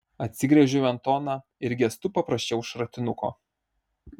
atsigręžiau į antoną ir gestu paprašiau šratinuko